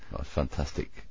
fantastic